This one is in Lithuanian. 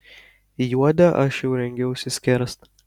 juodę aš jau rengiausi skerst